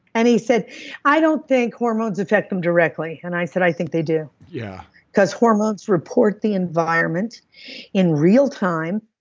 and he said i don't think hormones affect them directly. and i said, i think they do. yeah hormones report the environment in real time.